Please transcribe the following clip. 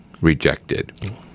rejected